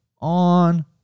on